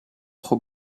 pro